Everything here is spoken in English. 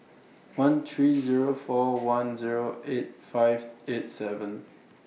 one three Zero four one Zero eight five eight seven